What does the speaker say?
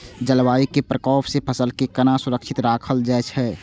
जलवायु के प्रकोप से फसल के केना सुरक्षित राखल जाय छै?